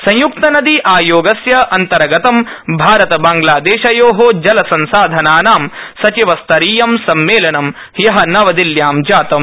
संयुक्त नदी आयोगस्य अन्तर्गत भारत ांग्लादेशयो जलसंसाधनानां सचिवस्तरीयं सम्मेलनं हय नवदिल्ल्यां जातम्